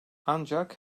ancak